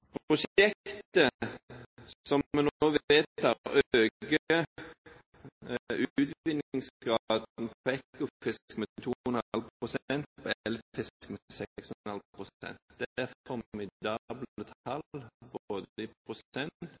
Apple. Prosjektet som vi nå vedtar, øker utvinningsgraden på Ekofisk med